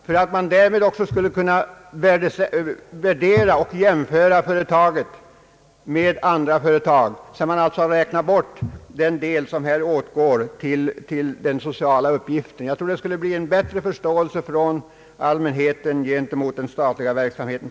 Därmed skulle man också kunna värdera och jämföra det statliga företaget med andra företag, sedan man alltså räknat bort den del som åtgår för den sociala uppgiften. Detta skulle skapa större förståelse hos allmänheten gentemot den statliga företagsamheten.